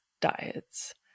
diets